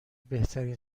بهترین